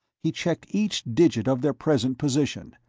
he checked each digit of their present position,